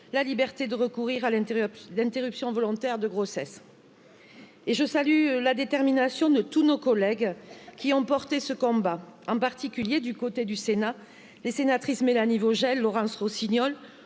la liberté de recourir à l'Cerruti, volontaire de grossesse. Et je salue le la détermination de tous nos collègues qui ont porté ce combat, en particulier du côté du Sénat, les sénatrices Mélanie Vaugelas, Vogel, Laurence Rossignol,